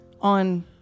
on